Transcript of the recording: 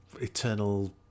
eternal